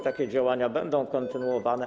Takie działania będą kontynuowane.